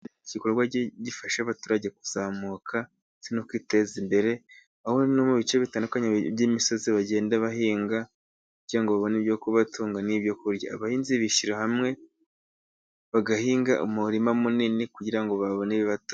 Igikorwa gifasha abaturage kuzamuka ndetse no kwiteza imbere, aho no mu bice bitandukanye by'imisozi, bagenda bahinga, kugira ngo babone ibyo kubatunga n'ibyo kurya. Abahinzi bishyira hamwe, bagahinga umurima munini, kugira ngo babone bato.